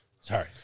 Sorry